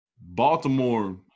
Baltimore